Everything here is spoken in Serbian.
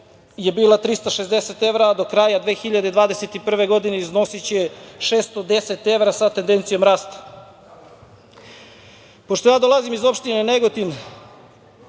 je bila 360 evra, a do kraja 2021. godine iznosiće 610 evra sa tendencijom rasta. Pošto ja dolazim iz opštine Negotin,